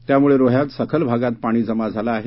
त्यामुळे रोह्यात सखल भागात पाणी जमा झालं आहे